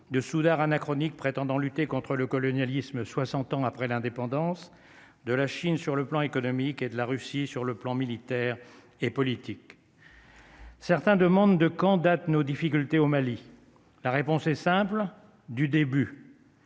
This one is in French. de soudards anachronique prétendant lutter contre le colonialisme, 60 ans après l'indépendance de la Chine sur le plan économique et de la Russie sur le plan militaire et politique. Certains demandent de quand date nos difficultés au Mali, la réponse est simple du début.